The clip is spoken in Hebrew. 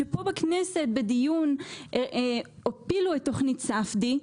שפה בכנסת בדיון הפילו את תוכנית ספדי,